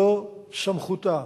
זו סמכותה.